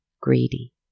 greedy